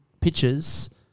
pictures